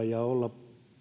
ja olla